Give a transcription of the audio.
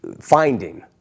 finding